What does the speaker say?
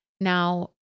Now